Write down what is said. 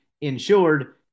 insured